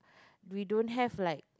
we don't have like